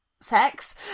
sex